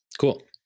Cool